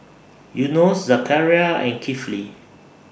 Yunos Zakaria and Kifli